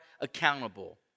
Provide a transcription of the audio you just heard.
accountable